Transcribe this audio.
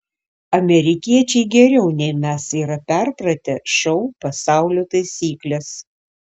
amerikiečiai geriau nei mes yra perpratę šou pasaulio taisykles